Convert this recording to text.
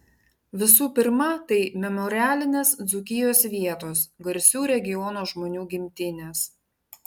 visų pirma tai memorialinės dzūkijos vietos garsių regiono žmonių gimtinės